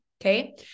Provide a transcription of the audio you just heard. Okay